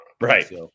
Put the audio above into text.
right